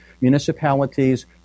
Municipalities